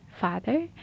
father